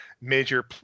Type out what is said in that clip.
major